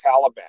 Taliban